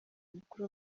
amakuru